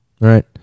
Right